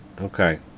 Okay